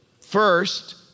First